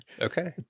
Okay